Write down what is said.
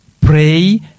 pray